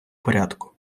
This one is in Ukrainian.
порядку